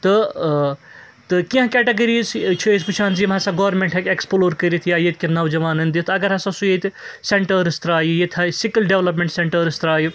تہٕ ٲں تہٕ کیٚنٛہہ کیٚٹَگریٖز چھِ چھِ أسۍ وُچھان زِ یم ہَسا گورمیٚنٛٹ ہیٚکہِ ایٚکٕسپلور کٔرِتھ یا ییٚتکیٚن نوجوانَن دِتھ اگر ہَسا سُہ ییٚتہِ سیٚنٹرس ترٛایہِ ییٚتہِ تھایہِ سِکل ڈیٚولپمیٚنٛٹ سیٚنٹرس ترٛایہِ